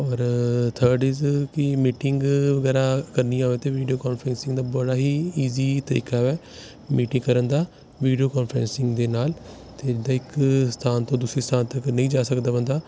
ਔਰ third is ਕਿ meeting ਵਗੈਰਾ ਕਰਨੀ ਹੋਵੇ ਤਾਂ ਵੀਡੀਓ ਕਾਨਫਰਸਿੰਗ ਦਾ ਬੜਾ ਹੀ ਇਜੀ ਤਰੀਕਾ ਹੈ ਮੀਟਿੰਗ ਕਰਨ ਦਾ ਵੀਡੀਓ ਕਾਨਫਰਸਿੰਗ ਦੇ ਨਾਲ ਅਤੇ ਇੱਦਾਂ ਇੱਕ ਸਥਾਨ ਤੋਂ ਦੂਸਰੇ ਸਥਾਨ ਤੱਕ ਨਹੀਂ ਜਾ ਸਕਦਾ ਬੰਦਾ